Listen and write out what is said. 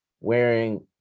wearing